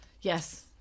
yes